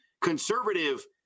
conservative